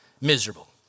miserable